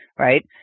Right